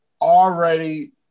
already